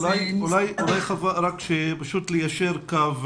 אולי, חוה, רק פשוט ליישר קו,